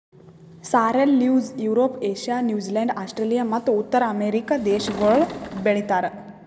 sorrel leaves Europe, Asia, New Zealand, Australia ಮತ್ತ ಉತ್ತರ America ದೇಶಗೊಳ್ ಬೆ ಳಿತಾರ್